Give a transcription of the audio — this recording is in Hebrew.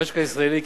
המשק הישראלי,